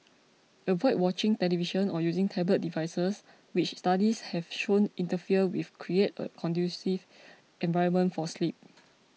avoid watching television or using tablet devices which studies have shown interfere with create a conducive environment for sleep